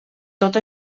tot